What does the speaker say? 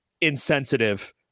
insensitive